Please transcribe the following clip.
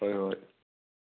ꯍꯣꯏ ꯍꯣꯏ